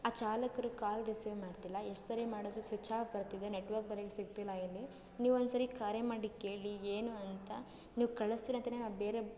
ಆ ಚಾಲಕರು call receive ಮಾಡ್ತಿಲ್ಲ ಎಷ್ಟು ಸಾರಿ ಮಾಡಿದ್ರು ಸ್ವಿಚ್ ಆಫ್ ಬರ್ತಿದೆ ನೆಟ್ವರ್ಕ್ ಬೇರೆ ಸರಿಯಾಗಿ ಸಿಗ್ತಿಲ್ಲ ಇಲ್ಲಿ ನೀವು ಒಂದು ಸಾರಿ ಕರೆ ಮಾಡಿ ಕೇಳಿ ಏನು ಅಂತ ನೀವು ಕಳಿಸ್ತೀರ ಅಂತನೇ ನಾನು ಬೇರೆ